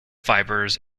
fibres